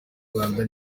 rwanda